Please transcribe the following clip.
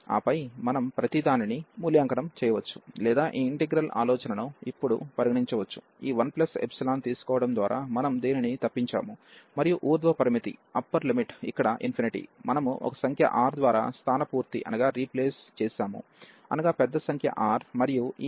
ఆపై మనం ప్రతిదానిని మూల్యాంకనం చేయవచ్చు లేదా ఈ ఇంటిగ్రల్ ఆలోచనను ఇప్పుడు పరిగణించవచ్చు ఈ 1ϵ తీసుకోవడం ద్వారా మనం దీనిని తప్పించాము మరియు ఊర్ధ్వ పరిమితి ఇక్కడ మనము ఒక సంఖ్య R ద్వారా స్దాన పూర్తి చేసాము అనగా పెద్ద సంఖ్య R మరియు ఈ 1R1xx 1dx